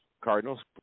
Cardinals